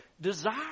desire